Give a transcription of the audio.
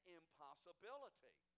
impossibility